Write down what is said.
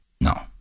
No